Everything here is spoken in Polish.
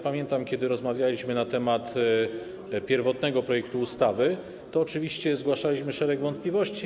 Pamiętam, że kiedy rozmawialiśmy na temat pierwotnego projektu ustawy, to oczywiście zgłaszaliśmy szereg wątpliwości.